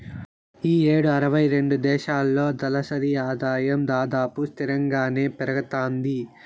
ఈ యేడు అరవై రెండు దేశాల్లో తలసరి ఆదాయం దాదాపు స్తిరంగానే పెరగతాంది